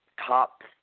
top